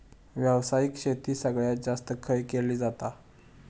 व्यावसायिक शेती सगळ्यात जास्त खय केली जाता?